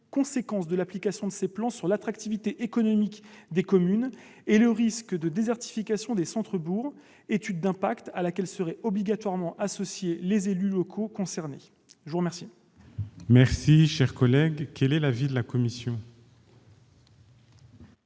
conséquences de l'application de ces plans sur l'attractivité économique des communes et sur le risque de désertification des centres-bourgs, étude d'impact à laquelle seraient obligatoirement associés les élus concernés. Quel